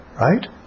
Right